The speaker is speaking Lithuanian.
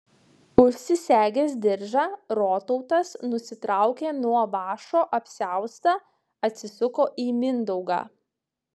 užsisegęs diržą rotautas nusitraukė nuo vąšo apsiaustą atsisuko į mindaugą